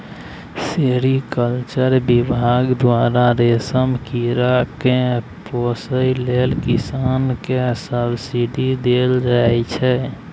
sericulture बिभाग द्वारा रेशम कीरा केँ पोसय लेल किसान केँ सब्सिडी देल जाइ छै